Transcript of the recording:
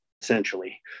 Essentially